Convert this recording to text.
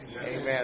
Amen